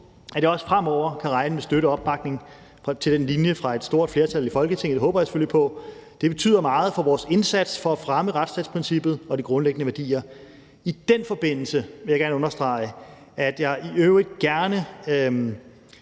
at jeg også fremover kan regne med støtte og opbakning til den linje fra et stort flertal i Folketinget; det håber jeg selvfølgelig på, for det betyder meget for vores indsats for at fremme retsstatsprincippet og de grundlæggende værdier. I den forbindelse vil jeg gerne understrege, at jeg i øvrigt gerne